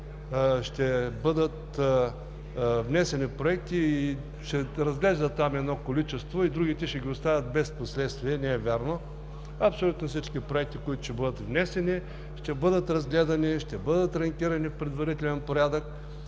ще бъдат внесени проекти и ще разглеждат едно количество, а другите ще ги оставят без последствие, не е вярно. Абсолютно всички проекти, които ще бъдат внесени, ще бъдат разгледани, ще бъдат ранкирани в предварителен порядък,